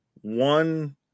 one